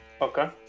Okay